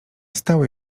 stał